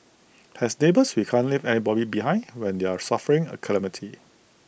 as neighbours we can't leave anybody behind when they're suffering A calamity